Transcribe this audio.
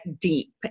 deep